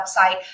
website